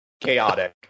chaotic